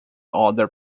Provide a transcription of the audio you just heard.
other